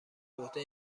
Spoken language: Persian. عهده